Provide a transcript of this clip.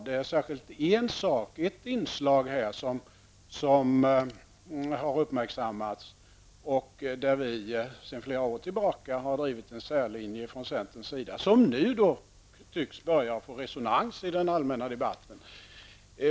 Det är särskilt ett inslag som har uppmärksammats och där vi sedan flera år tillbaka har drivit en särlinje från centerns sida, som nu börjar få resonans i den allmänna debatten.